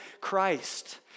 Christ